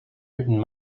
written